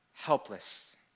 Helpless